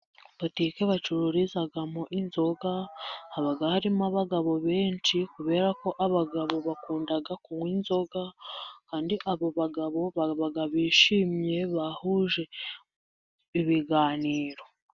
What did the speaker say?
Botike bacururizamo inzoga haba harimo abagabo benshi kuberako abagabo bakunda kunywa inzoga, kandi abo bagabo baba bishimye bahuje ibiganiro.